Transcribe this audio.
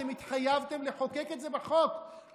אתם התחייבתם לחוקק את זה בחוק,